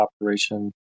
operation